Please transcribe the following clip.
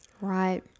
Right